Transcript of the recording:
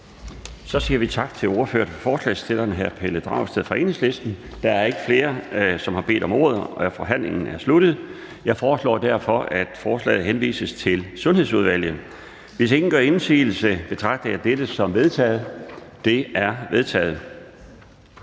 Så siger vi tak til ordføreren for forslagsstillerne, hr. Pelle Dragsted fra Enhedslisten. Der er ikke flere, som har bedt om ordet, så forhandlingen er sluttet. Jeg foreslår derfor, at forslaget til folketingsbeslutning henvises til Sundhedsudvalget. Hvis ingen gør indsigelse, betragter jeg dette som vedtaget. Det er vedtaget.